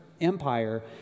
empire